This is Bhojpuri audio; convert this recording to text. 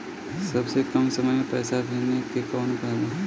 सबसे कम समय मे पैसा भेजे के कौन उपाय बा?